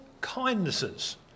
kindnesses